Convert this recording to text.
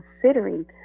considering